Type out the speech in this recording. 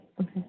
Okay